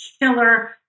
killer